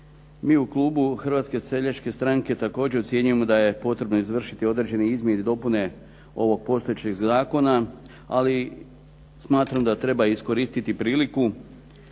Mi u klubu Hrvatske seljačke stranke također ocjenjujemo da je potrebno izvršiti određene izmjene i dopune ovog postojećeg zakona. Ali smatram da treba iskoristiti priliku